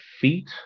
feet